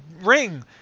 ring